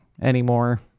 anymore